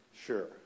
Sure